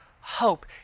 hope